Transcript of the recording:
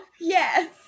Yes